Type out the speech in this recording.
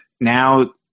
now